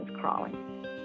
crawling